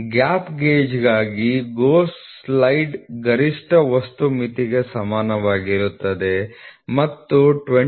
gap ಗೇಜ್ಗಾಗಿ GO side ಗರಿಷ್ಠ ವಸ್ತು ಮಿತಿಗೆ ಸಮಾನವಾಗಿರುತ್ತದೆ ಮತ್ತು 24